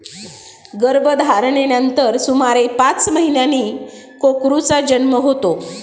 गर्भधारणेनंतर सुमारे पाच महिन्यांनी कोकरूचा जन्म होतो